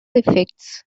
effects